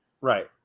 Right